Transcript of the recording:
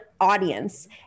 audience